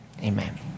amen